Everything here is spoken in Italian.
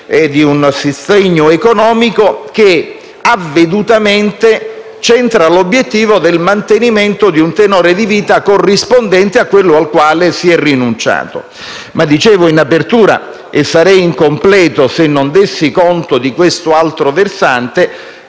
un sostegno economico che, avvedutamente, centra l'obiettivo del mantenimento di un tenore di vita corrispondente a quello al quale è si è rinunciato. Dicevo in apertura (e sarei incompleto se non dessi conto di quest'altro versante)